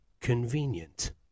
convenient